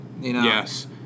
Yes